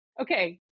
Okay